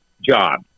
Job